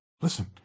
listen